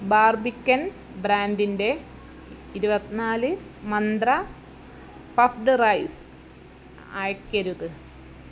Barbican ബ്രാൻഡിന്റെ ഇരുപാത്തിനാല് Mantra puffed rice അയയ്ക്കരുത്